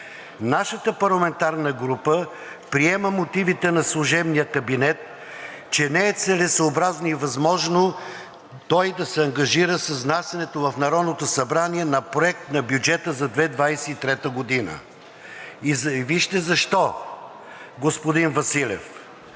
Нашата парламентарна група приема мотивите на служебния кабинет, че не е целесъобразно и възможно той да се ангажира с внасянето в Народното събрание на проект на бюджета за 2023 г. и вижте защо, господин Василев.